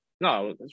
no